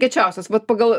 kiečiausias vat pagal